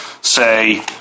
say